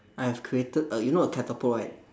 I have created a you know a catapult right